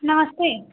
नमस्ते